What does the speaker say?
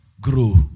grow